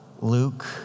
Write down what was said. Luke